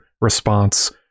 response